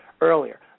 earlier